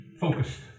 focused